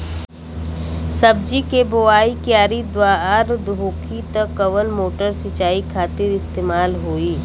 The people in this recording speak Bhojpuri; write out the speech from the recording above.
सब्जी के बोवाई क्यारी दार होखि त कवन मोटर सिंचाई खातिर इस्तेमाल होई?